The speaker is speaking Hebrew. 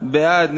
בעד,